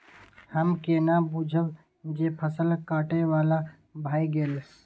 हम केना बुझब जे फसल काटय बला भ गेल?